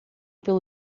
pelo